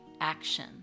Action